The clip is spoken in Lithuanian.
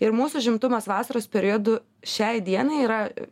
ir mūsų užimtumas vasaros periodu šiai dienai yra